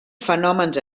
fenòmens